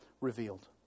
revealed